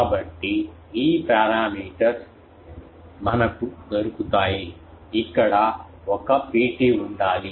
కాబట్టి ఈ పారామీటర్స్ మనకు దొరుకుతాయి ఇక్కడ ఒక Pt ఉండాలి